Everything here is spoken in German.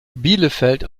bielefeld